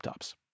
laptops